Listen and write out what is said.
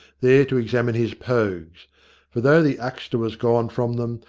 there to examine his pogues for though the uxter was gone from them,